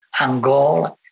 Angola